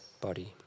body